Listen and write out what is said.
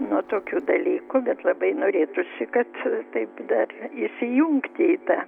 nuo tokių dalykų bet labai norėtųsi kad taip dar įsijungti į tą